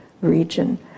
region